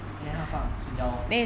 then 她就放 singtel lor